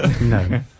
No